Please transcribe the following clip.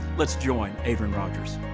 let's join adrian rogers.